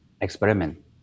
experiment